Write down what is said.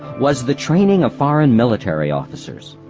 was the training of foreign military officers.